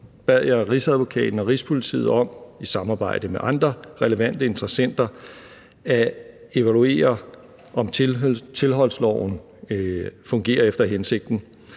jeg Rigsadvokaten og Rigspolitiet om i samarbejde med andre relevante interessenter at evaluere, om tilholdsloven fungerer efter hensigten.